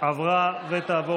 עברה ותעבור